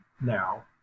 now